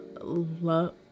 love